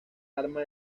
arma